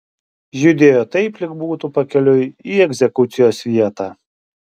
judėjo taip lyg būtų pakeliui į egzekucijos vietą